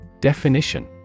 Definition